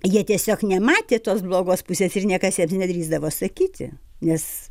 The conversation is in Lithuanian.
jie tiesiog nematė tos blogos pusės ir niekas jiems nedrįsdavo sakyti nes